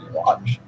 watch